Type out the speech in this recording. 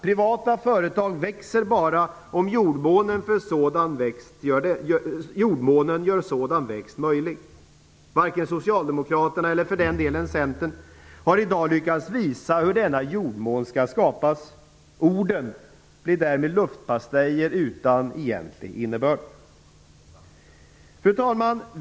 Privata företag växer bara om jordmånen gör sådan växt möjlig. Varken Socialdemokraterna eller Centern har i dag lyckats visa hur denna jordmån skall skapas. Orden blir därmed luftpastejer utan egentlig innebörd. Fru talman!